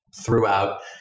throughout